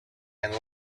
and